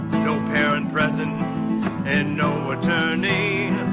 no parent present and no attorney.